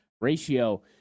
ratio